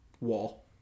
Wall